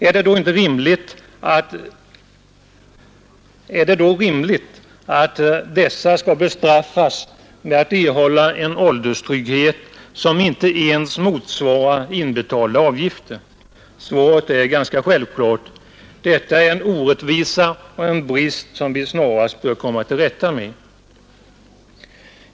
Är det då rimligt att dessa människor skall bestraffas genom att erhålla en ålderstrygghet som inte ens motsvarar inbetalda avgifter? Svaret är självklart: Detta är en orättvisa och en brist som vi snarast bör komma till rätta med.